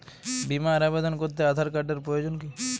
বিমার আবেদন করতে আধার কার্ডের প্রয়োজন কি?